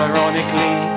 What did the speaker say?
Ironically